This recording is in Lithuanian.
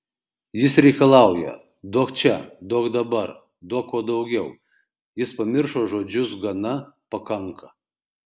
jis reikalauja duok čia duok dabar duok kuo daugiau jis pamiršo žodžius gana pakanka